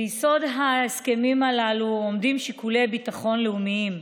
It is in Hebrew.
ביסוד ההסכמים הללו עומדים שיקולי ביטחון לאומיים,